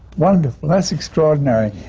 wonderful. that's extraordinary.